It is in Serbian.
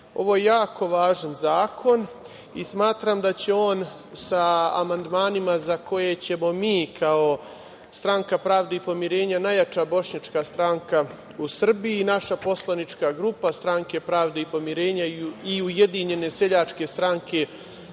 ovo jako važan zakon, i smatram da će on sa amandmanima koje ćemo mi kao Stranka pravde i pomirenja, najjača bošnjačka stranka u Srbiji, naša poslanička grupa Stranke pravde i pomirenja i Ujedinjene seljačke stranke